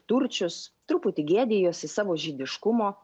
turčius truputį gėdijosi savo žydiškumo